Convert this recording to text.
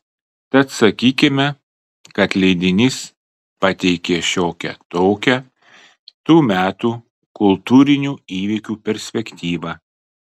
tad sakykime kad leidinys pateikė šiokią tokią tų metų kultūrinių įvykių perspektyvą